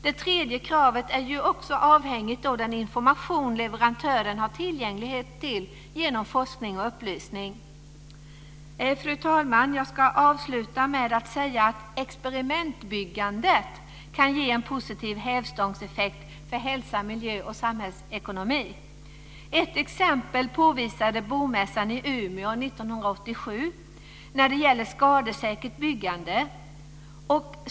Det tredje kravet är också avhängigt den information leverantören har tillgänglig genom forskning och upplysning. Fru talman! Jag ska avsluta med att säga att experimentbyggandet kan ge en positiv hävstångseffekt för hälsa, miljö och samhällsekonomi. Ett exempel påvisade Bomässan i Umeå 1987 när det gäller skadesäkert byggande.